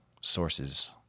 sources